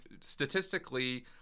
statistically